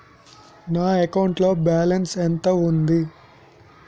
నా అకౌంట్ లో బాలన్స్ ఎంత ఉంది?